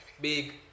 big